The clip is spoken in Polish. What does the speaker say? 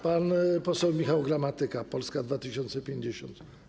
Pan poseł Michał Gramatyka, Polska 2050.